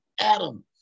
Adam